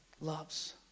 loves